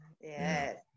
Yes